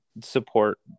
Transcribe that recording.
support